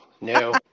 no